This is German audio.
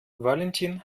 valentin